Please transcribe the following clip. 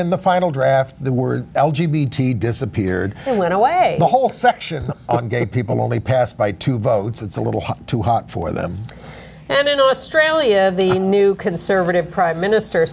in the final draft the word l g b t disappeared and went away the whole section on gay people only passed by two votes it's a little too hot for them and in australia the new conservative prime minister